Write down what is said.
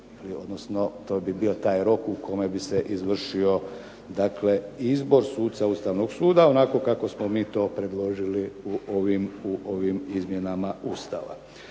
odnosno to bi bio taj rok u kojem bi se izvršio dakle izbor suca Ustavnog suda onako kako smo mi to predložili u ovim izmjenama Ustava.